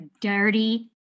dirty